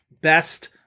best